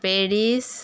Paris